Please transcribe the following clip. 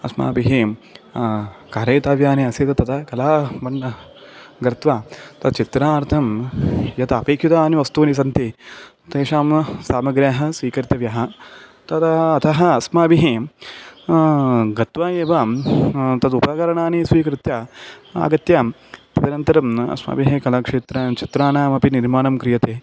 अस्माभिः कारयितव्यानि आसीत् तदा कलावन्न गृत्वा तच्चित्रार्थं यतपेक्षितानि वस्तूनि सन्ति तेषां सामग्र्यः स्वीकर्तव्यः तदा अतः अस्माभिः गत्वा एव तदुपकरणानि स्वीकृत्य आगत्य तदनन्तरम् अस्माभिः कलाक्षेत्र चित्रानपि निर्माणं क्रियते